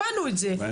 הבנו את זה,